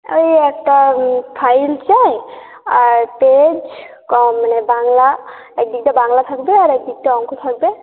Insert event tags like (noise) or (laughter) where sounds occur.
ওই একটা ফাইল চাই আর পেজ (unintelligible) বাংলা একদিকটা বাংলা থাকবে আর একদিকটা অঙ্ক থাকবে